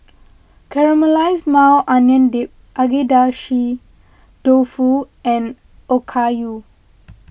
Caramelized Maui Onion Dip Agedashi Dofu and Okayu